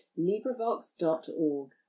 LibriVox.org